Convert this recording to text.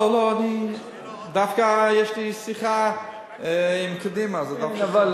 לא לא, דווקא יש לי שיחה עם קדימה, זה דווקא טוב.